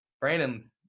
brandon